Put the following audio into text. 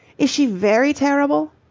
is she very terrible?